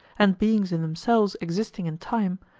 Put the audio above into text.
and beings in themselves existing in time,